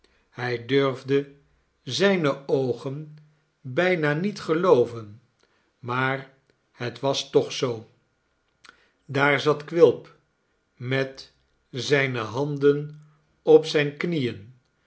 hij durfde zijne oogen bijna niet gelooven maar het was toch zoo daar zat quilp met zijne handen op zijne knieen